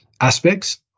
aspects